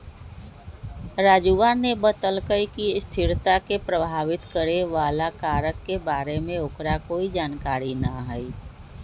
राजूवा ने बतल कई कि स्थिरता के प्रभावित करे वाला कारक के बारे में ओकरा कोई जानकारी ना हई